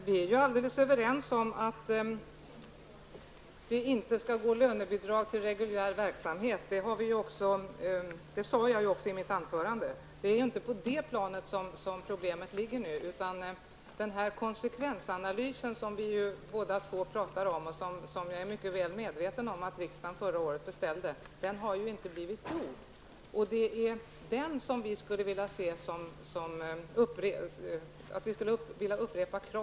Herr talman! Vi är helt överens om att lönebidrag inte skall ges till reguljär verksamhet. Det sade jag också i mitt anförande. Det är inte på det planet problemet nu ligger. Men den konsekvensanalys som vi båda talar om och som jag är mycket väl medveten om att riksdagen förra året beställde har ju inte blivit gjord. Vi vill därför ställa krav på att den blir gjord.